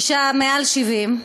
אישה מעל 70,